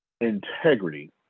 integrity